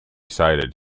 sighted